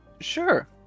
Sure